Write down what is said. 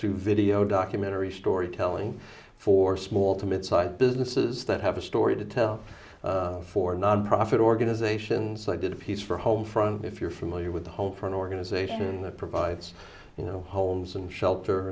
to video documentary storytelling for small to mid sized businesses that have a story to tell for nonprofit organizations i did a piece for home front if you're familiar with the hope for an organization that provides you know homes and shelter